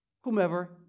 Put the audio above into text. whomever